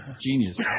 genius